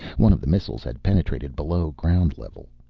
one of the missiles had penetrated below ground level.